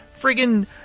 friggin